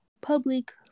public